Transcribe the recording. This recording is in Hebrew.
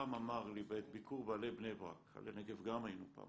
שבעת ביקור ב"עלה" בני ברק ב"עלה" נגב גם היינו פעם